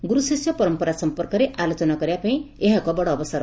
ଗୁରୁ ଶିଷ୍ୟ ପରମ୍ମରା ସମ୍ମର୍କରେ ଆଲୋଚନା କରିବା ପାଇଁ ଏହା ଏକ ବଡ଼ ଅବସର